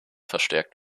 verstärkt